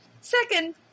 Second